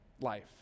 life